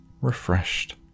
refreshed